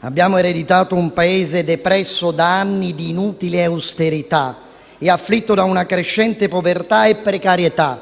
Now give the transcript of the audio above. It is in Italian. Abbiamo ereditato un Paese depresso da anni di inutile austerità e afflitto da una crescente povertà e precarietà.